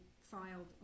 filed